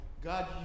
God